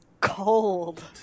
cold